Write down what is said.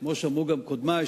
כמו שאמרו גם קודמי,